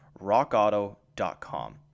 Rockauto.com